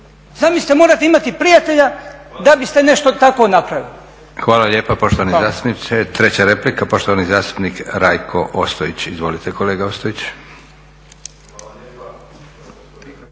Zamislite morate imati prijatelja da biste nešto takvo napravili. **Leko, Josip (SDP)** Hvala lijepa poštovani zastupniče. Treća replika, poštovani zastupnik Rajko Ostojić. Izvolite kolega Ostojić.